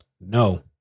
No